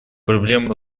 проблемы